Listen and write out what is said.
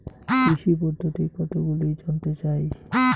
কৃষি পদ্ধতি কতগুলি জানতে চাই?